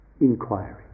inquiry